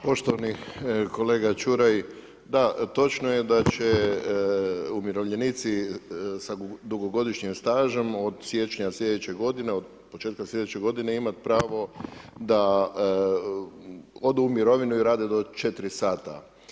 Poštovani kolega Čuraj, da točno je da će umirovljenici sa dugogodišnjim stažem od siječnja sljedeće godine, od početka sljedeće godine imati pravo da odu u mirovinu i rade do 4 sata.